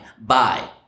bye